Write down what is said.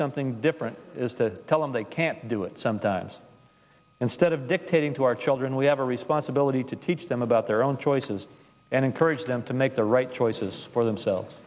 something different is to tell them they can't do it sometimes instead of dictating to our children we have a responsibility to teach them about their own choices and encourage them to make the right choices for themselves